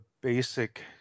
basic